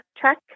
check